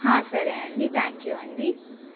హా సరే అండి థ్యాంక్ యూ అండి